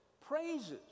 praises